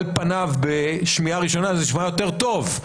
על פניו בשמיעה ראשונה זה נשמע יותר טוב.